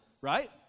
right